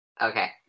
Okay